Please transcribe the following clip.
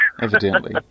evidently